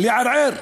לערער,